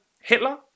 Hitler